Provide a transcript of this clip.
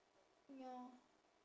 ya